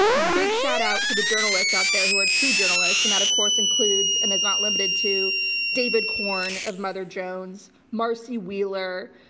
ah big shout out to the journalists out there who are true journalists. and that, of course, includes and is not limited to david corn of mother jones, marcy wheeler.